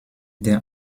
der